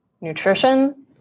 nutrition